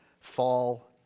fall